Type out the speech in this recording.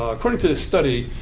according to this study,